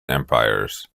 empires